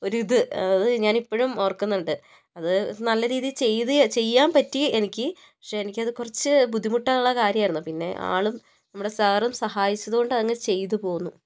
ഒരിത് അത് ഞാനിപ്പോഴും ഓർക്കുന്നുണ്ട് അത് നല്ല രീതിയിൽ ചെയ്ത് ചെയ്യാൻ പറ്റി എനിക്ക് പക്ഷേ എനിക്കത് കുറച്ച് ബുദ്ധിമുട്ടുള്ള കാര്യമായിരുന്നു പിന്നെ ആളും നമ്മുടെ സാറും സഹായിച്ചത് കൊണ്ട് അതങ്ങ് ചെയ്ത് പോകുന്നു